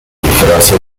disfraces